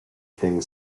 king